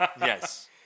Yes